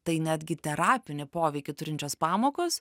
tai netgi terapinį poveikį turinčios pamokos